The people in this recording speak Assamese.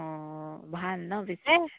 অ ভাল ন' পিছে